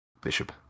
Bishop